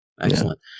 Excellent